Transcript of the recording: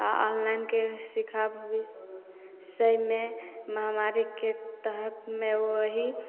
ऑनलाइनके शिक्षा भविष्यमे महामारीके तहतमे एगो वही